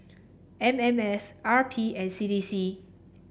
M M S R P and C D C